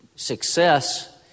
Success